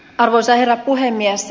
arvoisa herra puhemies